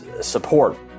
support